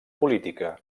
política